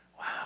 Wow